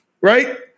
right